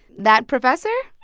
that professor.